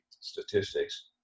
statistics